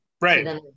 Right